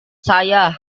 saya